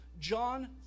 John